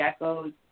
geckos